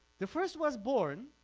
the first was born